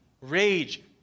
rage